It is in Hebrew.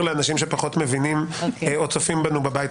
לאנשים שפחות מבינים או צופים בנו בבית.